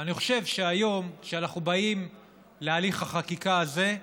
ואני חושב שהיום, כשאנחנו באים להליך החקיקה הזה,